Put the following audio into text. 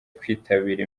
kwitabira